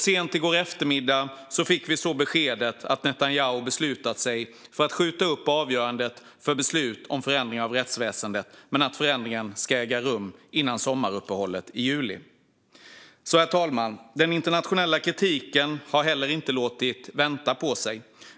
Sent i går eftermiddag fick vi så beskedet att Netanyahu har beslutat sig för att skjuta upp avgörandet gällande beslutet om förändring av rättsväsendet men att förändringen ska äga rum före sommaruppehållet i juli. Herr talman! Den internationella kritiken har inte heller låtit vänta på sig.